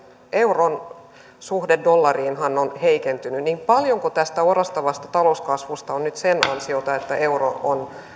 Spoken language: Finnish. euron suhdehan dollariin on nyt heikentynyt mikä on hallituksen arvio siitä paljonko tästä orastavasta talouskasvusta on nyt sen ansiota että euro on